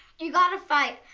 you've gotta fight,